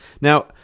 Now